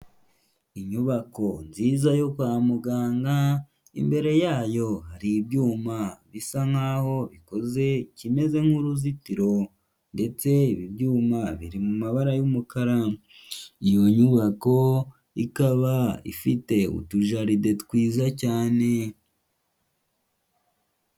Inyubako nziza yo kwa muganga, imbere yayo hari ibyuma bisa nk'aho ikoze ikimeze nk'uruzitiro ndetse ibyuma biri mu mabara y'umukara, iyo nyubako ikaba ifite utujaride twiza cyane.